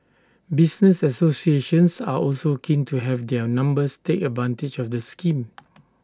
business associations are also keen to have their members take advantage of the scheme